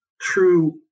true